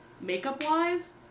makeup-wise